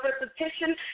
repetition